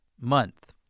month